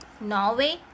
Norway